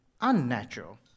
unnatural